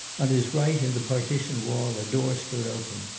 on his right in the partition wall a door stood open.